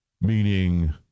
Meaning